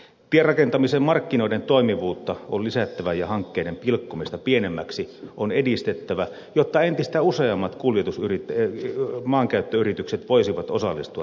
tierakentamisen markkinoiden toimivuutta on lisättävä ja hankkeiden pilkkomista pienemmiksi on edistettävä jotta entistä useammat maankäyttöyritykset voisivat osallistua tarjouskilpailuihin